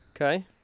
Okay